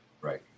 right